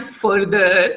further